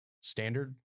standard